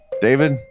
David